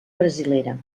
brasilera